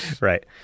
Right